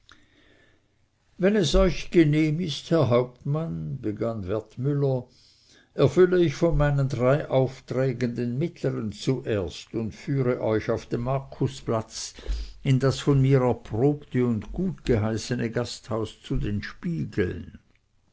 wenn es euch genehm ist herr hauptmann begann wertmüller erfülle ich von meinen drei aufträgen den mittleren zuerst und führe euch auf den markusplatz in das von mir erprobte und gutgeheißene gasthaus zu den spiegeln